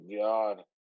God